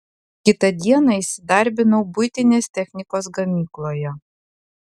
kitą dieną įsidarbinau buitinės technikos gamykloje